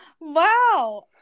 Wow